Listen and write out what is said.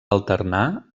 alternar